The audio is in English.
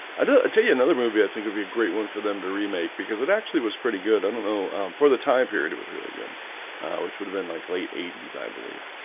i don't tell you another movie i think would be a great one for them to remake because it actually was pretty good i don't know for the time period it was really good which would have been like late eighty s. i believe